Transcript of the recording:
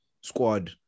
squad